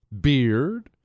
beard